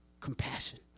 Compassion